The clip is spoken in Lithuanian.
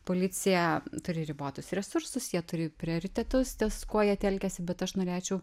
policija turi ribotus resursus jie turi prioritetus ties kuo jie telkiasi bet aš norėčiau